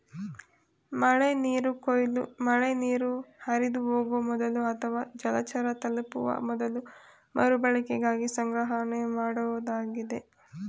ಮಳೆನೀರು ಕೊಯ್ಲು ಮಳೆನೀರು ಹರಿದುಹೋಗೊ ಮೊದಲು ಅಥವಾ ಜಲಚರ ತಲುಪುವ ಮೊದಲು ಮರುಬಳಕೆಗಾಗಿ ಸಂಗ್ರಹಣೆಮಾಡೋದಾಗಿದೆ